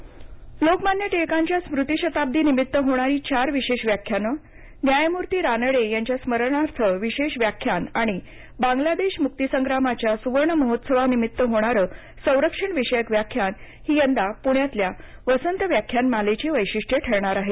सुरुवात वसंत व्याख्यानमाला लोकमान्य टिळकांच्या स्मृतिशताब्दीनिमित्त होणारी चार विशेष व्याख्यानं न्यायमूर्ती रानडे यांच्या स्मरणार्थ विशेष व्याख्यान आणि बांगलादेश मुक्तीसंग्रामाच्या सुवर्ण महोत्सवानिमित्त होणारं संरक्षणविषयक व्याख्यान ही यंदा पुण्यातल्या वसंत व्याख्यानमालेची वैशिष्ट्ये ठरणार आहेत